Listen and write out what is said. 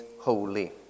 holy